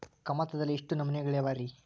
ಕಮತದಲ್ಲಿ ಎಷ್ಟು ನಮೂನೆಗಳಿವೆ ರಿ?